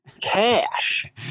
cash